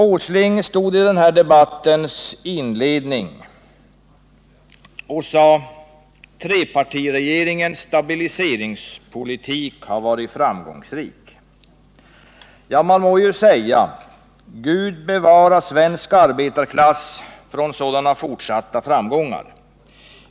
Nils Åsling sade i den här debattens inledning att trepartiregeringens stabiliseringspolitik varit framgångsrik. Man må ju säga: Gud bevare svensk arbetarklass från sådana fortsatta framgångar!